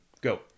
go